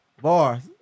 Bars